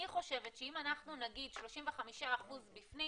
אני חושבת שאם אנחנו נגיד 35% בפנים